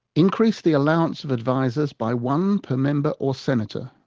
increase the allowance of advisors by one per member or senator,